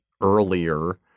earlier